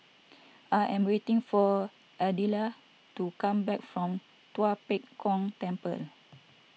I am waiting for Ardella to come back from Tua Pek Kong Temple